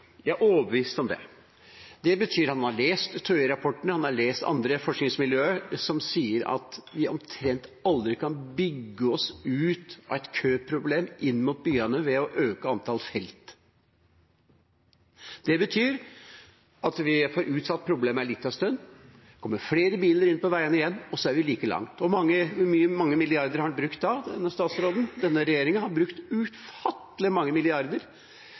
Jeg er overbevist om det. Det betyr at han har lest TØI-rapporten, og at han har lest hva andre forskningsmiljøer sier – at vi omtrent aldri kan bygge oss ut av et køproblem inn mot byene ved å øke antall felt. Det betyr at vi får utsatt problemet en liten stund, at det kommer flere biler inn på veiene igjen, og så er vi like langt. Hvor mange milliarder har statsråden brukt da? Denne regjeringa har brukt ufattelig mange milliarder.